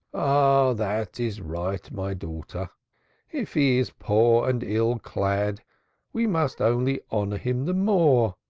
ah, that is right, my daughter. if he is poor and ill-clad we must only honor him the more.